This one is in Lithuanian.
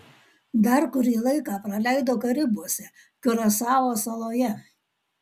dar kurį laiką praleido karibuose kiurasao saloje